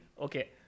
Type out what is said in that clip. Okay